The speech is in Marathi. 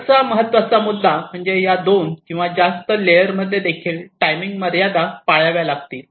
शेवटचा महत्त्वाचा मुद्दा म्हणजे या दोन किंवा जास्त लेअर मध्ये देखील टाइमिंग मर्यादा पाळाव्या लागतील